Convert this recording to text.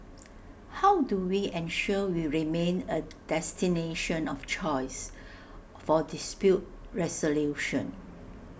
how do we ensure we remain A destination of choice for dispute resolution